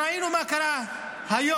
ראינו מה קרה היום: